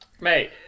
Mate